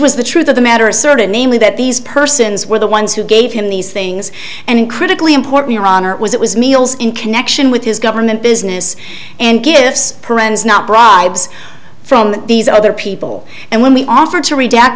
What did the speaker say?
was the truth of the matter asserted namely that these persons were the ones who gave him these things and critically important your honor it was it was meals in connection with his government business and gifts puranas not bribes from these other people and when we offered to redact th